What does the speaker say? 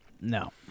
No